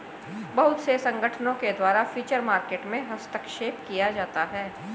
बहुत से संगठनों के द्वारा फ्यूचर मार्केट में हस्तक्षेप किया जाता है